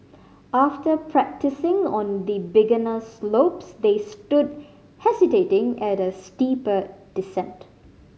after practising on the beginner slopes they stood hesitating at a steeper descent